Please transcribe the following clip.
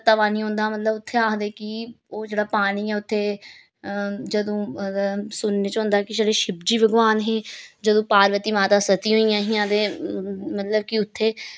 तत्ता पानी औंदा मतलब उत्थें आखदे कि ओह् जेह्ड़ा पानी ऐ उत्थें जदूं मतलब सुनने च आंदा कि जेह्ड़े शिवजी भगवान हे जदूं पार्वती माता सती होइयां हियां ते मतलब कि उत्थें